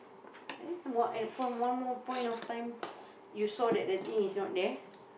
and what at the point one more point of time you saw that the thing is not there